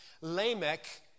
Lamech